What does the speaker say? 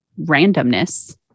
randomness